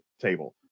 table